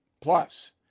Plus